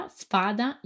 spada